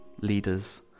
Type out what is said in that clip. leaders